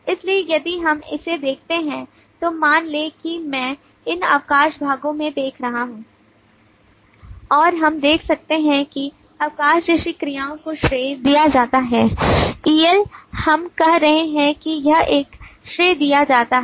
इसलिए यदि हम इसे देखते हैं तो मान लें कि मैं इन अवकाश भागों में देख रहा हूं और हम देख सकते हैं कि अवकाश जैसी क्रियाओं को श्रेय दिया जाता है EL हम कह रहे हैं कि यह श्रेय दिया जाता है